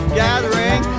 gathering